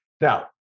Now